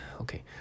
Okay